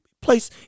place